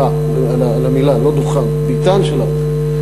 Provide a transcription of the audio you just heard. סליחה על המילה, לא דוכן, ביתן שלנו,